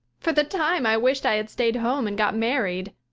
for the time i wished i had stayed home and got married.